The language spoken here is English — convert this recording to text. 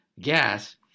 gas